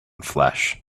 flesh